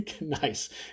Nice